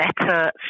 better